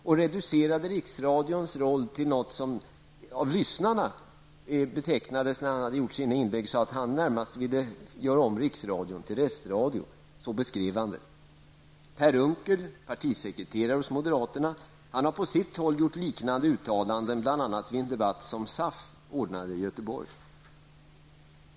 Han reducerade Riksradions roll till något som av lyssnarna skulle betecknas närmast som en restradio i stället för en riksradio. Så beskrev Gunnar Hökmark det. Per Unckel, moderaternas partisekreterare, har på sitt håll gjort liknande uttalande, bl.a. i en debatt som SAF anordnade i Göteborg.